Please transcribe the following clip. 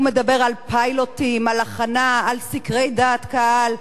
הוא מדבר על פיילוטים, על הכנה, על סקרי דעת קהל.